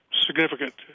significant